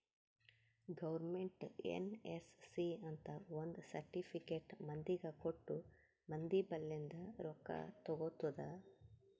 government NSC ಅಂತ್ ಒಂದ್ certificate ಮಂದಿಗ ಕೊಟ್ಟು ಮಂದಿ ಬಲ್ಲಿಂದ್ ರೊಕ್ಕಾ ತಗೊತ್ತುದ್